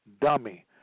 dummy